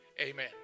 Amen